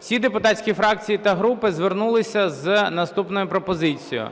всі депутатські фракції та групи звернулися з наступною пропозицією.